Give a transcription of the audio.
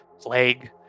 plague